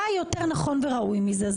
מה יותר נכון וראוי מזה?